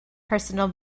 personal